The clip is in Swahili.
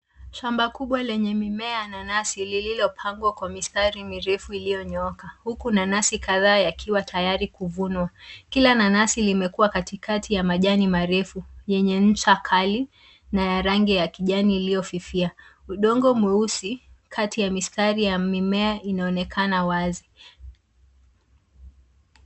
Shamba kubwa lenye mimea ya nanasi lililopangwa kwa mistari mirefu iliyonyooka huku nanasi kadhaa yakiwa tayari kuvunwa. Kila nanasi limekuwa katikati ya majani marefu yenye ncha kali na ya rangi ya kijani iliyofifia. Udongo mweusi kati ya mistari ya mimea inaonekana wazi.